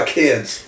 kids